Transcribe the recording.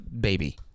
baby